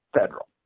federal